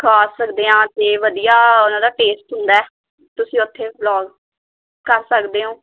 ਖਾ ਸਕਦੇ ਹਾਂ ਅਤੇ ਵਧੀਆ ਉਹਨਾਂ ਦਾ ਟੇਸਟ ਹੁੰਦਾ ਹੈ ਤੁਸੀਂ ਉੱਥੇ ਬਲੋਗ ਕਰ ਸਕਦੇ ਹੋ